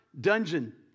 dungeon